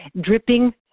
dripping